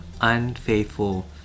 unfaithful